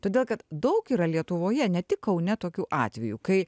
todėl kad daug yra lietuvoje ne tik kaune tokių atvejų kai